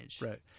Right